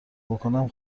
بکنم